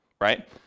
right